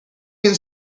can